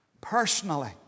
personally